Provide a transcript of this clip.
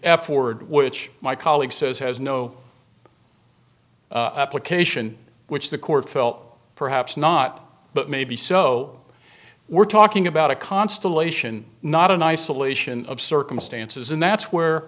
f word which my colleague says has no application which the court felt perhaps not but maybe so we're talking about a constellation not in isolation of circumstances and that's where